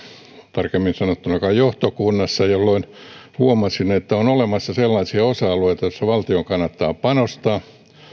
tarkemmin sanottuna kai johtokunnassa jolloin huomasin että on olemassa sellaisia osa alueita joihin valtion kannattaa panostaa